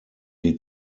die